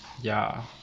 ya